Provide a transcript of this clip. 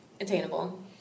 Attainable